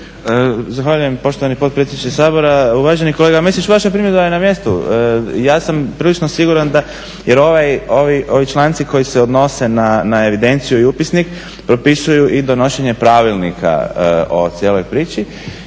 Zahvaljujem poštovani potpredsjedniče Sabora. Uvaženi kolega Mesić vaša primjedba je na mjestu. Ja sam prilično siguran da, jer ovi članci koji se odnose na evidenciju i upisnik propisuju i donošenje pravilnika o cijeloj priči.